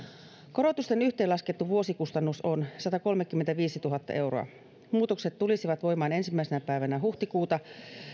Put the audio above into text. korotusten yhteenlaskettu vuosikustannus on satakolmekymmentäviisituhatta euroa muutokset tulisivat voimaan ensimmäisenä päivänä huhtikuuta